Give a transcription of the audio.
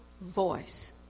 voice